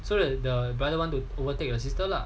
so that the brother want to overtake the sister lah